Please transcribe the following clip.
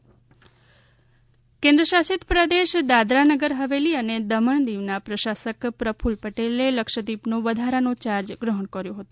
પ્રકૂલ પટેલ કેન્દ્રશાસિત પ્રદેશ દાદરાનગર હવેલી અને દમણ દીવના પ્રસાશક પ્રક્લ પટેલે લક્ષદ્વીપનો વધારાનો ચાર્જ ગ્રહણ કર્યો હતો